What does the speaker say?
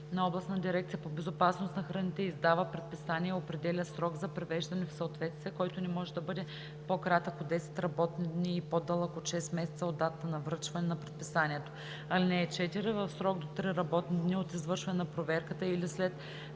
на областната дирекция по безопасност на храните издава предписание и определя срок за привеждане в съответствие, който не може да бъде по-кратък от 10 работни дни и по-дълъг от 6 месеца от датата на връчване на предписанието. (4) В срок до три работни дни от извършване на проверката или след